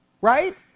right